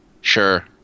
Sure